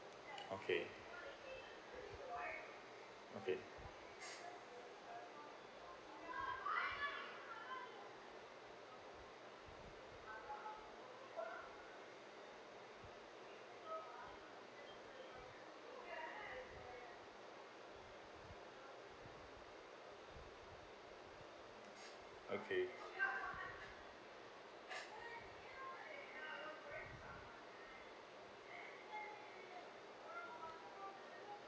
okay okay okay